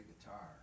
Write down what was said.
guitar